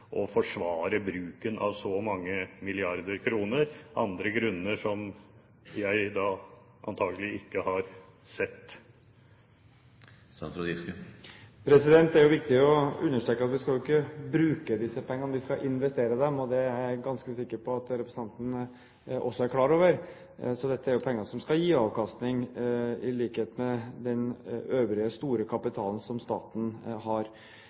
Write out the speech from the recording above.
forsvare bruken av så mange milliarder kroner, andre grunner som jeg antakelig ikke har sett? Det er viktig å understreke at vi ikke skal bruke disse pengene, vi skal investere dem. Det er jeg ganske sikker på at representanten også er klar over. Dette er penger som skal gi avkastning i likhet med den øvrige store kapitalen som staten har.